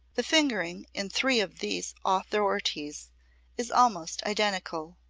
the fingering in three of these authorities is almost identical.